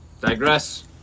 Digress